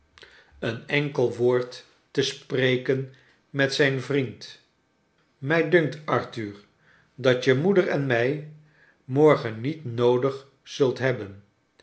een enkel woord te spreken met zijn vriend mij dunkt arthur dat je moeder en mij morgen niet noodig zult hebben